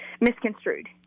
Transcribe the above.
misconstrued